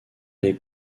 les